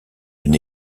une